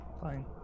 Fine